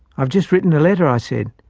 i've just written a letter i said,